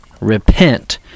Repent